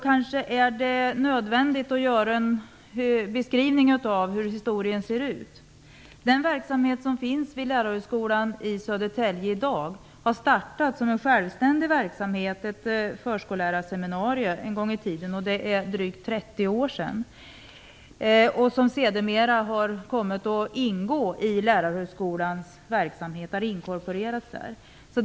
Kanske är det nödvändigt att göra en beskrivning av hur historien ser ut. Den verksamhet som finns vid Lärarhögskolan i Södertälje i dag har en gång i tiden startat som en självständig verksamhet, ett förskollärarseminarium, för drygt 30 år sedan. Den har sedermera kommit att ingå i Lärarhögskolans verksamhet och inkorporerats i den.